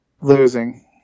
losing –